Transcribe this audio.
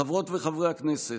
חברות וחברי הכנסת,